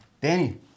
Danny